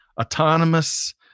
autonomous